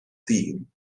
dîm